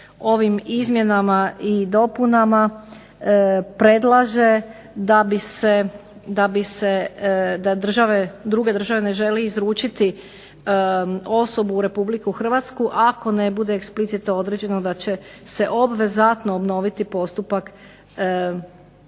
ovim izmjenama i dopunama predlaže da bi se, da druge države ne žele izručiti osobu u Republiku Hrvatsku ako ne bude eksplicite određeno da će se obvezatno obnoviti postupak kada